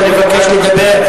יכולת לבקש לדבר.